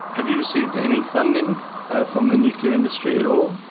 have you received any funding from the nuclear industry at all?